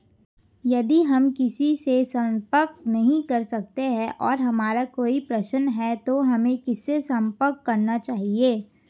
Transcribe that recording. यदि हम किसी से संपर्क नहीं कर सकते हैं और हमारा कोई प्रश्न है तो हमें किससे संपर्क करना चाहिए?